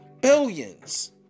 billions